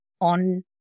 on